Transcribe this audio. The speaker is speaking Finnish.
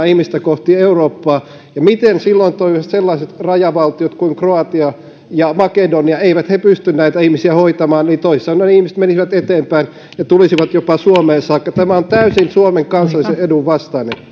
ihmistä kohti eurooppaa ja miten silloin toimisivat sellaiset rajavaltiot kuin kroatia ja makedonia eivät he pysty näitä ihmisiä hoitamaan joten toisin sanoen ihmiset menisivät eteenpäin ja tulisivat jopa suomeen saakka tämä on täysin suomen kansallisen edun vastainen